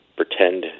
pretend